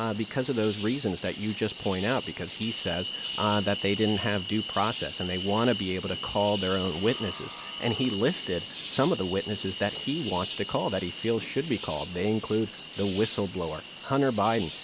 ah because of those reasons that you just point out because he says ah that they didn't have due process, and they want to be able to call their own witnesses. and he listed some of the witnesses that he wants to call, that he feels should be called. they include the whistleblower, hunter biden.